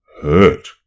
hurt